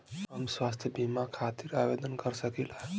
हम स्वास्थ्य बीमा खातिर आवेदन कर सकीला?